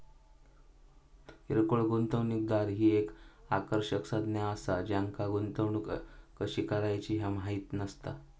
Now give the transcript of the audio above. किरकोळ गुंतवणूकदार ही एक आकर्षक संज्ञा असा ज्यांका गुंतवणूक कशी करायची ह्या माहित नसता